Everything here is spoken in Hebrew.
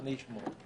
אני אשמור.